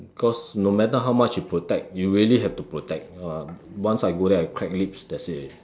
cause no matter how much you protect you really have to protect !wah! once I go there I crack lips that's it already